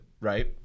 right